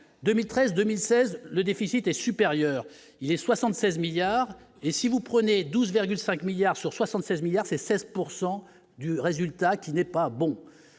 2013, 2016, le déficit est supérieur, les 76 milliards et si vous prenez 12,5 milliards sur 76 milliards c'est 16 pourcent du du résultat qui n'est pas bon